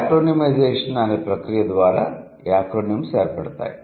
acronymisation అనే ప్రక్రియ ద్వారా యాక్రోనిమ్స్ ఏర్పడతాయి